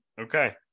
Okay